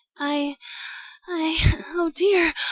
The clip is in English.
i i oh, dear,